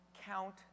count